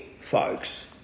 folks